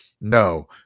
No